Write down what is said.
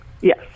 Yes